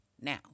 now